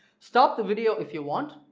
stop the video if you want,